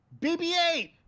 BB-8